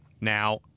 Now